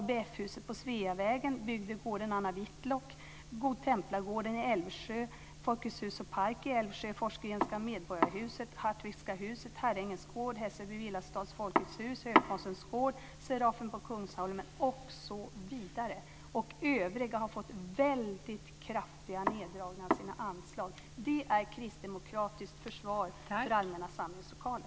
Det är ABF-huset på Sveavägen, bygdegården Kungsholmen osv. Övriga har fått väldigt kraftiga neddragningar av sina anslag. Det är kristdemokratiskt försvar för allmänna samlingslokaler.